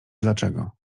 dlaczego